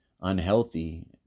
unhealthy